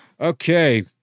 Okay